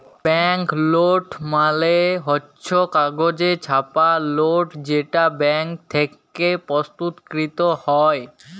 bank note মালে হচ্ছ কাগজে ছাপা লোট যেটা ব্যাঙ্ক থেক্যে প্রস্তুতকৃত হ্যয়